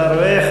אתה רואה,